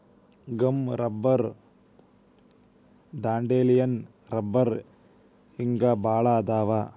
gum rubber dandelion ರಬ್ಬರ ಹಿಂಗ ಬಾಳ ಅದಾವ